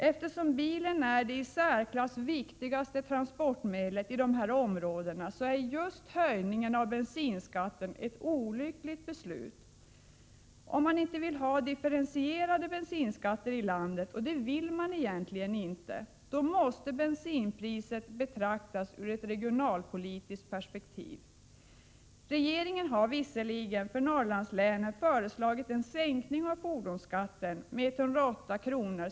Eftersom bilen är det i särklass viktigaste transportmedlet inom de berörda områdena, är höjningen av bensinskatten en olycklig åtgärd. Om man inte vill ha differentierade bensinskatter i vårt land, och det vill man egentligen inte, måste bensinpriset betraktas ur ett regionalpolitiskt perspektiv. Regeringen har visserligen för Norrlandslänen föreslagit en sänkning av fordonsskatten med 108 kr.